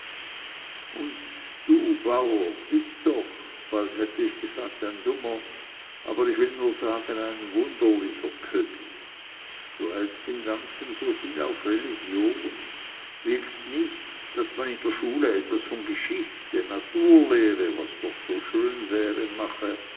und du bauer bist doch bald hätte ich gesagt ein dummer aber ich will nur sagen ein wunderlicher köbi du hältst im ganzen so viel auf religion willst nicht daß man in der schule etwas von geschichte naturlehre was doch so schön wäre